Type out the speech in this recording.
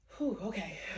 okay